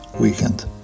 weekend